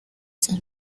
sus